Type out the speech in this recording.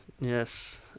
yes